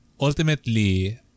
ultimately